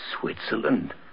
Switzerland